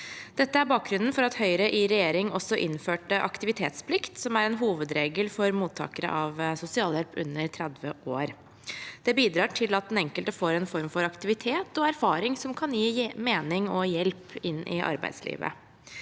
Dette er bakgrunnen for at Høyre i regjering innførte aktivitetsplikt som en hovedregel for sosialhjelpsmottakere under 30 år. Det bidrar til at den enkelte får en form for aktivitet og erfaring som kan gi mening og hjelp inn i arbeidslivet.